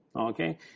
Okay